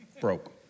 Broke